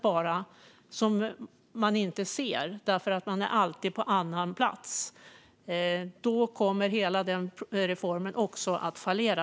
Om man inte ser områdespolisen därför att den alltid är på en annan plats kommer hela reformen att fallera.